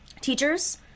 teachers